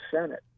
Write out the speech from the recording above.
Senate